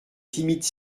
timides